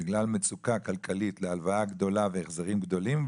בגלל מצוקה כלכלית להלוואה גדולה להחזרים גדולים,